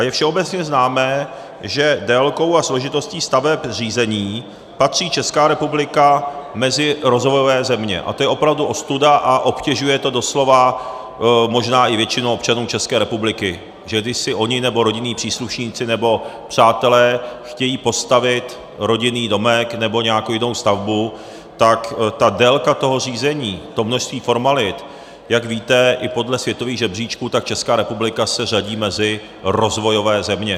Je všeobecně známé, že délkou a složitostí stavebních řízení patří Česká republika mezi rozvojové země, a to je opravdu ostuda a obtěžuje to doslova možná i většinu občanů České republiky, že když si oni nebo rodinní příslušníci nebo přátelé chtějí postavit rodinný domek nebo nějakou jinou stavbu, tak ta délka toho řízení, to množství formalit, jak víte, i podle světových žebříčků, tak Česká republika se řadí mezi rozvojové země.